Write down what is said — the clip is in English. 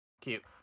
Cute